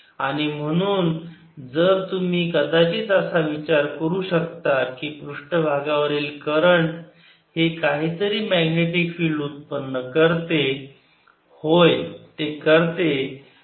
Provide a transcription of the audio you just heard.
आणि म्हणून जर तुम्ही कदाचित असा विचार करू शकता की पृष्ठभागावरील करंट हे काहीतरी मॅग्नेटिक फिल्ड उत्पन्न करते होय ते करते